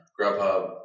Grubhub